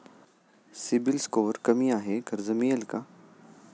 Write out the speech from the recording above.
CIBIL score कमी आहे कर्ज मिळेल का?